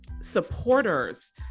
supporters